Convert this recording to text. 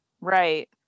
right